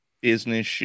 business